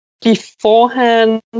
beforehand